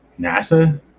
NASA